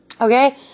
Okay